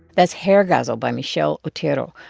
that's hair ghazal by michelle otero,